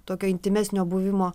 tokio intymesnio buvimo